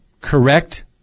correct